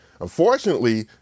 Unfortunately